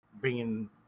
bringing